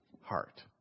heart